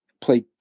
play –